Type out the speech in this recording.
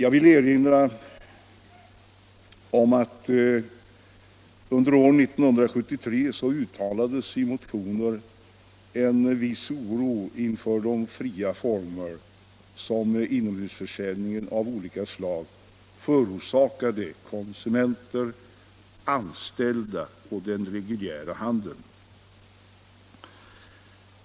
Nr 25 Under år 1973 uttalades i motioner en viss oro inför de olägenheter som de fria formerna av inomhusförsäljning av olika slag kunde förorsaka konsumenter, anställda och den reguljära handeln.